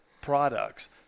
products